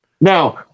Now